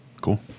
Cool